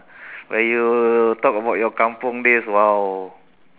where you talk about your kampung days !wow!